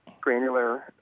granular